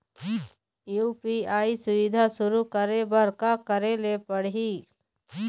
UPI सुविधा शुरू करे बर का करे ले पड़ही?